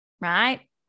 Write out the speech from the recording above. right